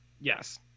Yes